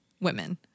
women